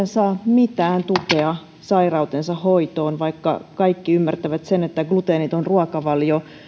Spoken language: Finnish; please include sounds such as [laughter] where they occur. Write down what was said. [unintelligible] saa mitään tukea sairautensa hoitoon vaikka kaikki ymmärtävät sen että gluteeniton ruokavalio